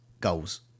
goals